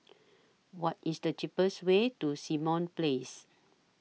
What IS The cheapest Way to Simon Place